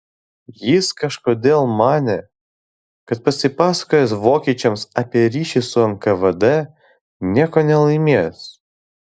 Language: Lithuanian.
jis kažkodėl manė kad pasipasakojęs vokiečiams apie ryšį su nkvd nieko nelaimės